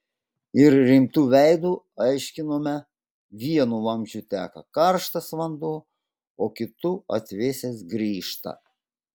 ir rimtu veidu aiškinome vienu vamzdžiu teka karštas vanduo o kitu atvėsęs grįžta